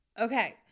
Okay